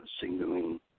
signaling